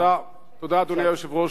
ראשית, תודה, אדוני היושב-ראש.